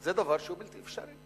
זה דבר שהוא בלתי אפשרי.